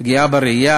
פגיעה בראייה,